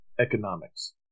economics